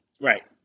right